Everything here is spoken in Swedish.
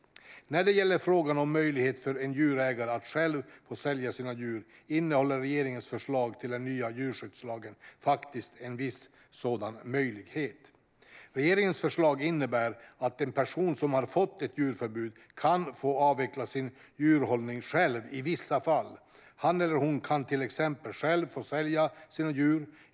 När det gäller frågan om möjlighet för en djurägare att själv få sälja sina djur innehåller regeringens förslag till den nya djurskyddslagen faktiskt en viss sådan möjlighet. Regeringens förslag innebär att en person som har fått ett djurförbud kan få avveckla sin djurhållning själv i vissa fall. Han eller hon kan till exempel själv få sälja sina djur.